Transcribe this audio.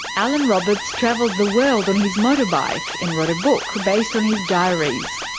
allan roberts travelled the world on his motorbike, and wrote a book based on his diaries.